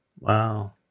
Wow